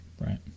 right